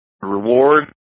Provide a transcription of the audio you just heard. reward